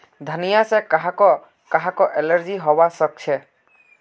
धनिया से काहको काहको एलर्जी हावा सकअछे